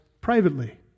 privately